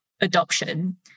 adoption